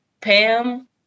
Pam